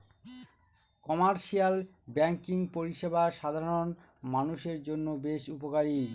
commercial banking পরিষেবা সাধারণ মানুষের জন্য বেশ উপকারী